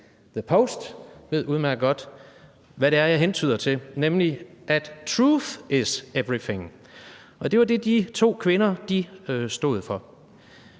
»The Post«, ved udmærket godt, hvad det er, jeg hentyder til, nemlig at truth is everything. Det var det, de to kvinder stod for.